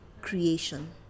creation